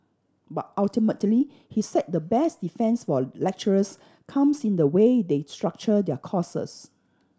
but ultimately he said the best defence for lecturers comes in the way they structure their courses